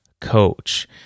coach